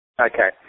Okay